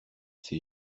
ses